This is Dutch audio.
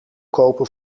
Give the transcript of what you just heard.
kopen